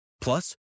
Plus